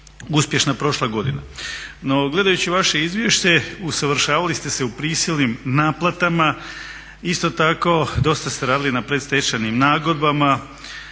uspješna prošla godina. No gledajući vaše izvješće usavršavali ste se u prisilnim naplatama, isto tako dosta ste radili na predstečajnim nagodbama,